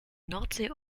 nordsee